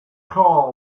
car